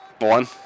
one